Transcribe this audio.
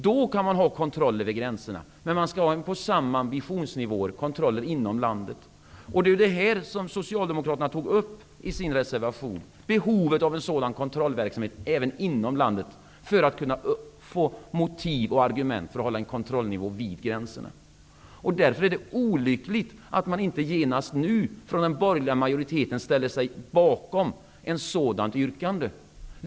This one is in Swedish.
Då kan man alltså ha kontroll vid gränserna, men då skall det vara samma ambitionsnivå som för kontroller inom landet. Socialdemokraterna tog upp i sin reservation behovet av en sådan kontrollverksamhet även inom landet, för att kunna få motiv och argument för att hålla en kontrollnivå vid gränserna. Därför är det olyckligt att man inte genast nu från den borgerliga majoriteten ställer sig bakom ett sådant yrkande.